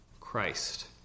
Christ